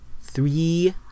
three